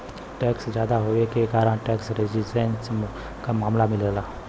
tax जादा होये के कारण टैक्स रेजिस्टेंस क मामला मिलला